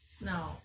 no